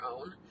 own